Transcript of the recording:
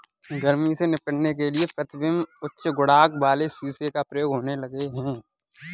गर्मी से निपटने के लिए प्रतिबिंब उच्च गुणांक वाले शीशे का प्रयोग होने लगा है पिंटू